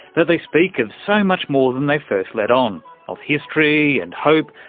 that they speak of so much more than they first let on of history and hope,